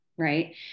Right